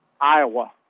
Iowa